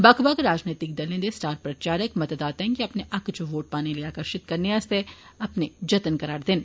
बक्ख बक्ख राजनीतिक दलें दे स्टार प्रचारकए मतदाताएं गी अपने हक्कै इच वोट पाने आकर्षित करने आस्तै अपने यत्न करा रदे न